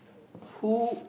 who